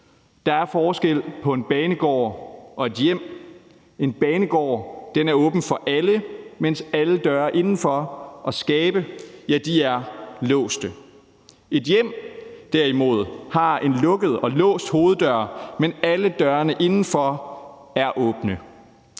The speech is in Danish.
Der er forskel på en banegård og et hjem. En banegård er åben for alle, mens alle døre og skabe indenfor er låste. Et hjem har derimod en lukket og låst hoveddør, mens alle dørene indenfor er åbne.